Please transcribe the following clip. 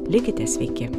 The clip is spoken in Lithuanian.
likite sveiki